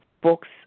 books